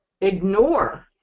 ignore